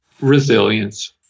Resilience